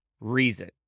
reason